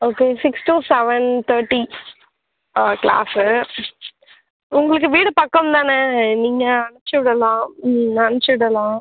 okay six to seven thirty அவன் class உங்களுக்கு வீடு பக்கம் தானே நீங்கள் அனுப்பி விடலாம் அம்ச்சிவிடலாம்